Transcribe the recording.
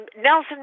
Nelson